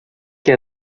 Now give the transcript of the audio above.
que